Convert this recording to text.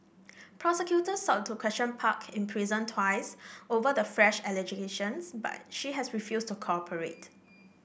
prosecutors sought to question Park in prison twice over the fresh allegations but she has refused to cooperate